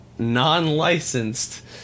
non-licensed